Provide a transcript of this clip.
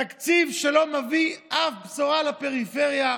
תקציב שלא מביא אף בשורה לפריפריה,